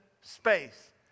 space